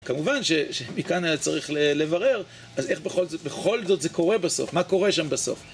כמובן שמכאן היה צריך לברר, אז איך בכל זאת זה קורה בסוף? מה קורה שם בסוף?